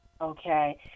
okay